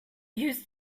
used